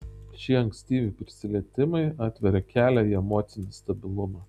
šie ankstyvi prisilietimai atveria kelią į emocinį stabilumą